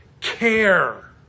care